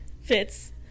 Fits